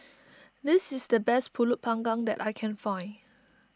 this is the best Pulut Panggang that I can find